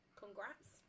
congrats